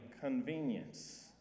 convenience